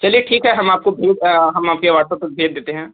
चलिए ठीक है हम आपको भेज हम आपके वाट्सअप पर भेज देते हैं